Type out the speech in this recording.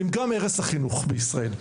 הם גם הרס החינוך במדינת ישראל,